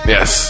Yes